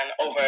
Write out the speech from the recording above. over